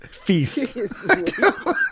feast